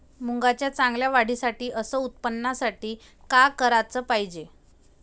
मुंगाच्या चांगल्या वाढीसाठी अस उत्पन्नासाठी का कराच पायजे?